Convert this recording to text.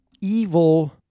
evil